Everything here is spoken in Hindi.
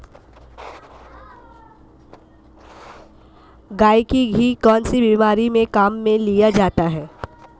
गाय का घी कौनसी बीमारी में काम में लिया जाता है?